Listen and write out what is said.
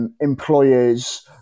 employers